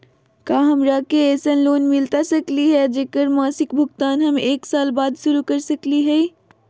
का हमरा के ऐसन लोन मिलता सकली है, जेकर मासिक भुगतान हम एक साल बाद शुरू कर सकली हई?